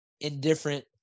indifferent